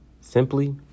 Simply